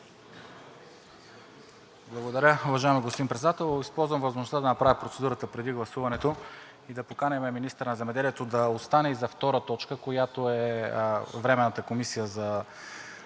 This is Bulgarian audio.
Благодаря, уважаеми господин Председател. Използвам възможността да направя процедурата преди гласуването и да поканим министъра на земеделието да остане и за втора точка, която е Временната комисия за